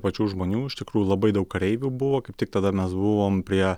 pačių žmonių iš tikrųjų labai daug kareivių buvo kaip tik tada mes buvom prie